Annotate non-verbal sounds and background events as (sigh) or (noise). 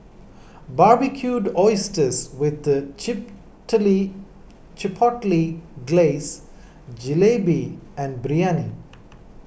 Barbecued Oysters with the (unintelligible) Chipotle Glaze Jalebi and Biryani